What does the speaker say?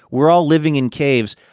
we're all living in caves.